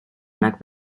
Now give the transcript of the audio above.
onak